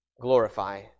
Glorify